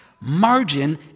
Margin